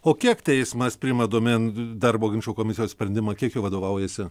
o kiek teismas priima domėn darbo ginčų komisijos sprendimą kiek jų vadovaujasi